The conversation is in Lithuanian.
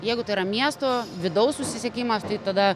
jeigu tai yra miesto vidaus susisiekimas tai tada